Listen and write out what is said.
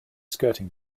skirting